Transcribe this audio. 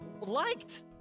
liked